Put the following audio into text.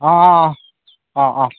অঁ অঁ অঁ অঁ অঁ